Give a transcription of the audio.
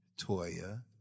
Toya